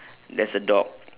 there's a dog